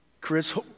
Chris